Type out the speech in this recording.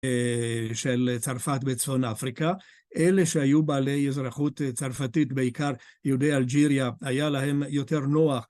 של צרפת בצפון אפריקה. אלה שהיו בעלי אזרחות צרפתית, בעיקר יהודי אלג'יריה, היה להם יותר נוח.